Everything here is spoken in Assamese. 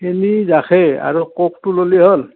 চেনি গাখীৰ আৰু কোকটো ল'লেই হ'ল